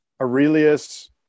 Aurelius